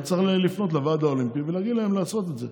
אז צריך לפנות לוועד האולימפי ולהגיד להם לעשות את זה,